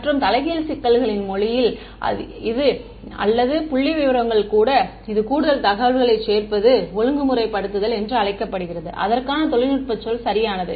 மற்றும் தலைகீழ் சிக்கல்களின் மொழியில் இது அல்லது புள்ளிவிவரங்கள் கூட இது கூடுதல் தகவல்களைச் சேர்ப்பது ஒழுங்குமுறைப்படுத்துதல் என்று அழைக்கப்படுகிறது அதற்கான தொழில்நுட்ப சொல் சரியானது